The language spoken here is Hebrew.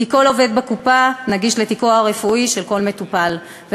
כי תיקו הרפואי של כל מטופל נגיש לכל עובד בקופה,